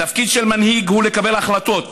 התפקיד של מנהיג הוא לקבל החלטות.